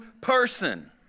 person